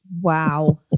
Wow